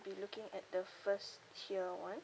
be looking at the first tier one